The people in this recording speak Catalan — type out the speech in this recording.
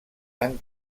han